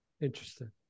Interesting